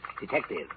detective